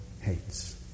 hates